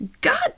God